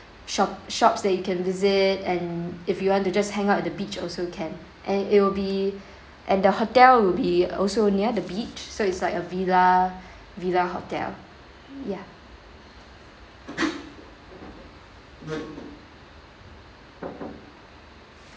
shop shops that you can visit and if you want to just hang out at the beach also can and it will be and the hotel will be also near the beach so it's like a villa villa hotel ya